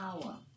power